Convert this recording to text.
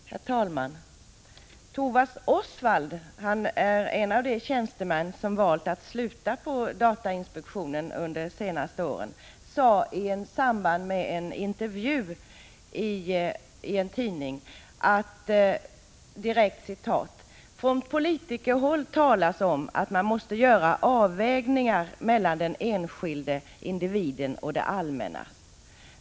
Herr talman! Thomas Osvald, en av de tjänstemän som har valt att sluta på datainspektionen under de senaste åren, sade i en intervju i en tidning i samband med att han slutade: ”Från politikerhåll talas om att man måste göra avvägningar mellan den enskilde individen och det allmänna.